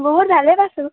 বহুত ভালে পাইছোঁ